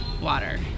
water